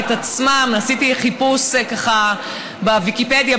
עשיתי חיפוש ככה בוויקיפדיה,